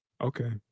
Okay